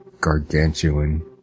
gargantuan